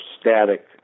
static